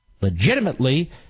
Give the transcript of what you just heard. legitimately